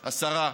השרה.